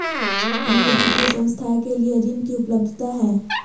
अन्य वित्तीय संस्थाएं के लिए ऋण की उपलब्धता है?